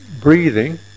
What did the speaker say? breathing